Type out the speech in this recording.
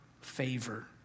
favor